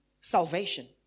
salvation